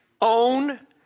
own